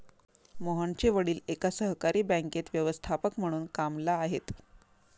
मोहनचे वडील एका सहकारी बँकेत व्यवस्थापक म्हणून कामला आहेत